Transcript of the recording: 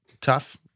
tough